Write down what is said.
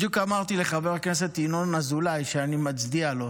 בדיוק אמרתי לחבר הכנסת ינון אזולאי שאני מצדיע לו,